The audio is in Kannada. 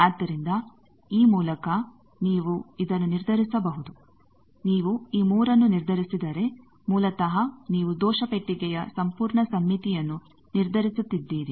ಆದ್ದರಿಂದ ಈ ಮೂಲಕ ನೀವು ಇದನ್ನು ನಿರ್ಧರಿಸಬಹುದು ನೀವು ಈ 3ನ್ನು ನಿರ್ಧರಿಸಿದರೆ ಮೂಲತಃ ನೀವು ದೋಷ ಪೆಟ್ಟಿಗೆಯ ಸಂಪೂರ್ಣ ಸಮ್ಮೀತಿಯನ್ನು ನಿರ್ಧರಿಸುತ್ತಿದ್ದೀರಿ